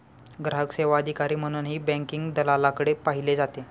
ग्राहक सेवा अधिकारी म्हणूनही बँकिंग दलालाकडे पाहिले जाते